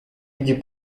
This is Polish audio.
widzi